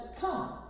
come